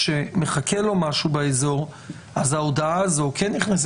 כן תיקון